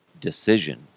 decision